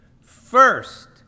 First